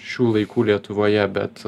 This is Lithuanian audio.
šių laikų lietuvoje bet